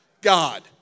God